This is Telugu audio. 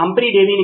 ప్రొఫెసర్ నిజమే